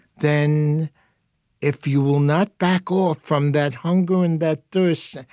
then if you will not back off from that hunger and that thirst,